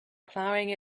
plowing